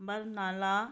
Barnala